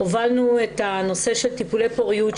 הובלנו את הנושא של טיפולי פוריות,